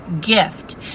gift